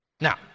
Now